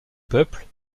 peuple